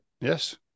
Yes